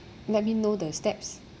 let me know the steps